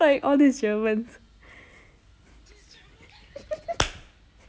what do you do do do we spend time cut and clapping but I don't know how long they regretful